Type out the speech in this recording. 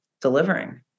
delivering